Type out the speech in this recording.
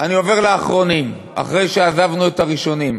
אני עובר לאחרונים, אחרי שעזבנו את הראשונים.